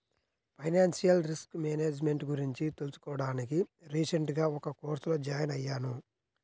financial risk management గురించి తెలుసుకోడానికి recent గా ఒక కోర్సులో జాయిన్ అయ్యాను